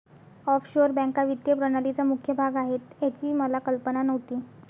offshore बँका वित्तीय प्रणालीचा मुख्य भाग आहेत याची मला कल्पना नव्हती